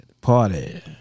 party